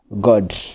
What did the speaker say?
god